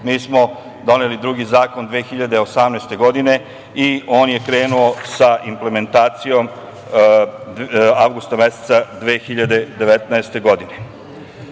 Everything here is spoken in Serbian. mi smo doneli drugi zakon 2018. godine i on je krenuo sa implementacijom avgusta meseca 2019. godine. Da